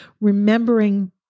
remembering